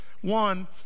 One